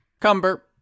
Cumber